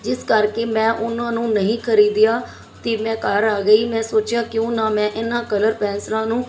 ਜਿਸ ਕਰਕੇ ਮੈਂ ਉਨਾਂ ਨੂੰ ਨਹੀਂ ਖਰੀਦਿਆ ਅਤੇ ਮੈਂ ਘਰ ਆ ਗਈ ਮੈਂ ਸੋਚਿਆ ਕਿਉਂ ਨਾ ਮੈਂ ਇਹਨਾਂ ਕਲਰ ਪੈਨਸਿਲਾਂ ਨੂੰ